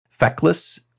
Feckless